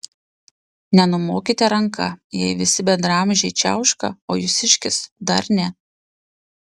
nenumokite ranka jei visi bendraamžiai čiauška o jūsiškis dar ne